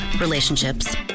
relationships